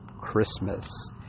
Christmas